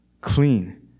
clean